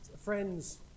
Friends